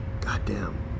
Goddamn